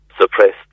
suppressed